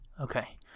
Okay